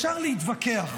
אפשר להתווכח,